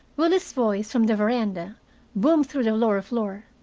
willie's voice from the veranda boomed through the lower floor.